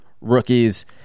rookies